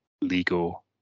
legal